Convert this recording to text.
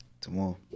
Tomorrow